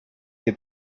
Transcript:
que